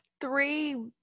three